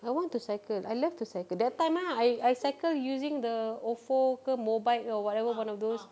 I want to cycle I love to cycle that time ah I I cycle using the Ofo ke Mobike or whatever one of those